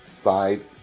five